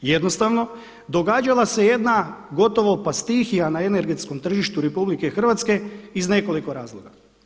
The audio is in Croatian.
Jednostavno događala se jedna gotovo pa stihija na energetskom tržištu RH iz nekoliko razloga.